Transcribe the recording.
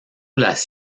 las